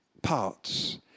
parts